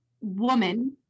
woman